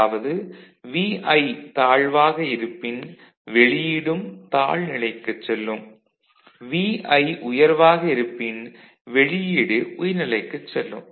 அதாவது Vi தாழ்வாக இருப்பின் வெளியீடும் தாழ்நிலைக்குச் செல்லும் Vi உயர்வாக இருப்பின் வெளியீடு உயர்நிலைக்குச் செல்லும்